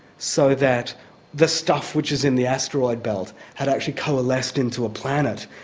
so that the stuff which is in the asteroid belt had actually coalesced into a planet,